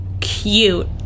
cute